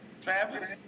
Travis